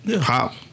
Pop